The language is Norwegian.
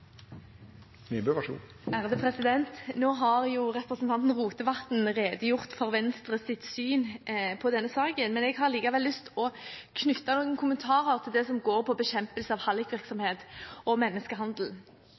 Nå har representanten Rotevatn redegjort for Venstres syn på denne saken, men jeg har likevel lyst til å knytte noen kommentarer til det som handler om bekjempelse av